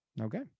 Okay